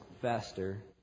faster